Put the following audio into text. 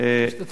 השתתפות.